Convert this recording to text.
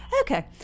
okay